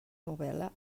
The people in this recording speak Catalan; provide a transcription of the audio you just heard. novel·la